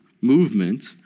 movement